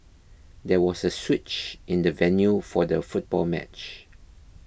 there was a switch in the venue for the football match